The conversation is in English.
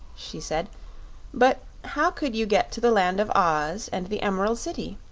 she said but how could you get to the land of oz and the emerald city?